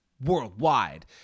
worldwide